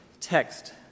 text